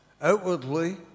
Outwardly